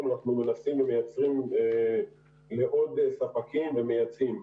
אנחנו מנסים ומייצרים לעוד ספקים ומייצאים.